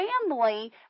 family